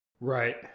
Right